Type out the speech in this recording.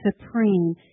supreme